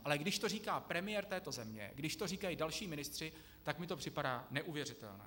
Ale když to říká premiér této země, když to říkají další ministři, tak mi to připadá neuvěřitelné.